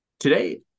Today